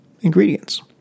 ingredients